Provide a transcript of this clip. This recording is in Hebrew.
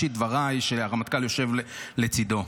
כשהרמטכ"ל יושב לצידו: